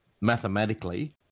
mathematically